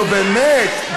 נו באמת.